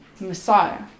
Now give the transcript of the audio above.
Messiah